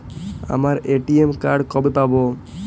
আমার ATM card কবে পাব?